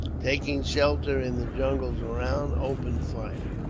taking shelter in the jungles around, opened fire.